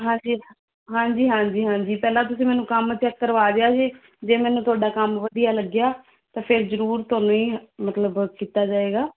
ਹਾਂਜੀ ਹਾਂਜੀ ਹਾਂਜੀ ਹਾਂਜੀ ਪਹਿਲਾਂ ਤੁਸੀਂ ਮੈਨੂੰ ਕੰਮ ਚੈੱਕ ਕਰਵਾ ਦਿਆ ਜੇ ਮੈਨੂੰ ਤੁਹਾਡਾ ਕੰਮ ਵਧੀਆ ਲੱਗਿਆ ਤਾਂ ਫੇਰ ਜ਼ਰੂਰ ਤੁਹਾਨੂੰ ਹੀ ਮਤਲਬ ਕੀਤਾ ਜਾਏਗਾ